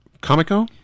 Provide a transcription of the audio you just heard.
Comico